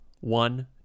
one